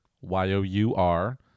Y-O-U-R